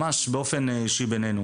ממש באופן אישי בינינו.